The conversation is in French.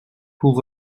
pour